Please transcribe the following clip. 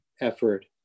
effort